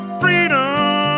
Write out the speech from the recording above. freedom